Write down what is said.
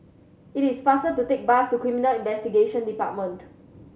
it is faster to take the bus to Criminal Investigation Department